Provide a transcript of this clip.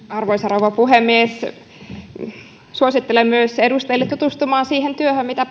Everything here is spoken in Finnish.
arvoisa rouva puhemies suosittelen edustajia tutustumaan myös siihen työhön mitä